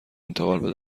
انتقال